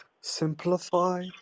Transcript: Simplify